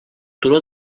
turó